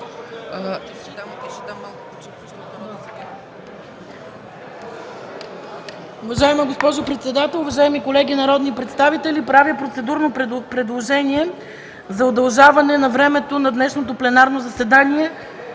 Уважаема госпожо председател, уважаеми колеги народни представители, правя процедурно предложение за удължаване времето на днешното пленарно заседание